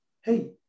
hey